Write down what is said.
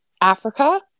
Africa